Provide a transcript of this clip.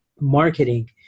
marketing